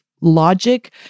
Logic